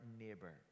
neighbor